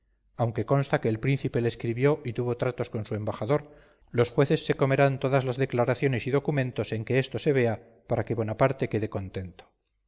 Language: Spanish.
aunque consta que el príncipe le escribió y tuvo tratos con su embajador los jueces se comerán todas las declaraciones y documentos en que esto se vea para que bonaparte quede contento